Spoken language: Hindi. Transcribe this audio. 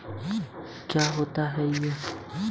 ऋण की शर्तें क्या हैं?